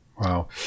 wow